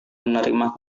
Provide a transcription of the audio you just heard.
menerima